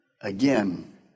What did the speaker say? again